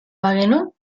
bagenu